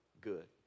good